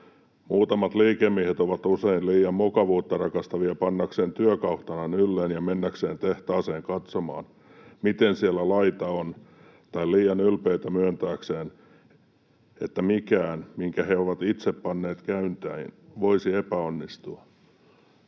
Muutamat liikemiehet ovat usein liian mukavuutta rakastavia pannakseen työkauhtanan ylleen ja mennäkseen tehtaaseen katsomaan, miten siellä laita on, tai liian ylpeitä myöntääkseen, että mikään, minkä he ovat itse panneet käyntiin, voisi epäonnistua.”